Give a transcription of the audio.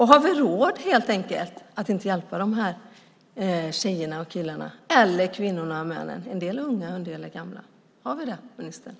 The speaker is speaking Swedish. Har vi helt enkelt råd att inte hjälpa de här tjejerna och killarna eller kvinnorna och männen? En del är unga, en del är gamla. Har vi det, ministern?